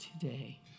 today